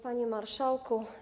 Panie Marszałku!